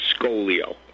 Scolio